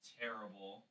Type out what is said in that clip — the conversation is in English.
terrible